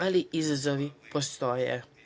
Ali, izazovi postoje.